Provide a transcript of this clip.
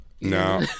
no